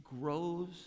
grows